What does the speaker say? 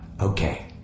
Okay